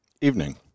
Evening